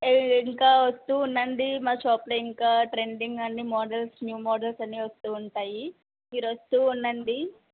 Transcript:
ఏ ఇంకా వస్తూ ఉండండి మా షాప్లో ఇంకా ట్రెండింగ్ అన్నీ మోడల్స్ న్యూ మోడల్స్ అన్నీ వస్తూ ఉంటాయి మీరు వస్తూ ఉండండి